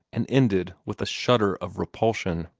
and ended with a shudder of repulsion.